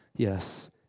Yes